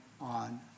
on